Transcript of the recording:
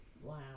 Wow